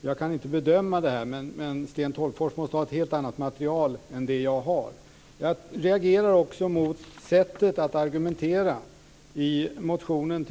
Jag kan inte bedöma det här, men Sten Tolgfors måste ha ett helt annat material än det som jag har. Jag reagerar också mot sättet att argumentera t.ex. i motionen.